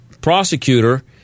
prosecutor